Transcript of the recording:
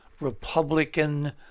Republican